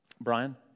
Brian